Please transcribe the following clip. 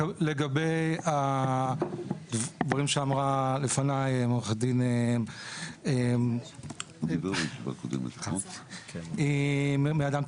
לגבי הדברים שאמרה לפני עורכת הדין אורטל סנקר מ"אדם,